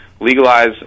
legalize